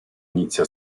inizia